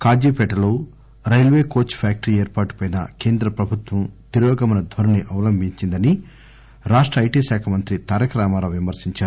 కాజీపేటలో railway coach factory ఏర్పాటుపై కేంద్ర ప్రభుత్వం తిరోగమన ధోరణి అవలంబించిందని రాష్ట ఐటీ శాఖ మంత్రి తారక రామారావు విమర్పించారు